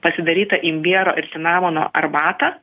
pasidarytą imbiero ir cinamono arbatą